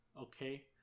Okay